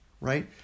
Right